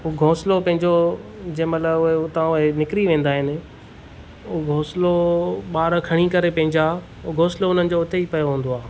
पोइ घोंसलो पंहिंजो जंहिं महिल उहे उतां उहे निकिरी वेंदा आहिनि उहो घोंसलो ॿार खणी करे पंहिंजा उहो घोंसलो हुननि जो हुते ई पियो हूंदो आहे